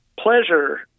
Pleasure